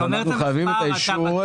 אנחנו חייבים את אישור משרד החוץ.